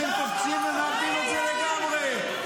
אתם קופצים ומאבדים את זה לגמרי.